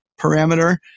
parameter